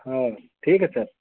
हाँ ठीक है सर